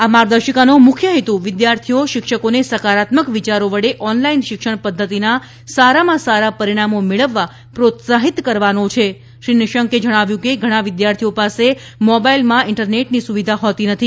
આ માર્ગદર્શિકાનો મુખ્ય હેતુ વિદ્યાર્થીઓ શિક્ષકોને સકારાત્મક વિચારોવડે ઓનલાઈન શિક્ષણ પદ્ધતિના સારામાં સારા પરિણામો મેળવવા પ્રોત્સાહિત કરવાનો છ શ્રી નિશંકે જણાવ્યું હતું કે ઘણા વિદ્યાર્થીઓ પાસે મોબાઈલમાં ઈન્ટરનેટની સુવિધા હોતી નથી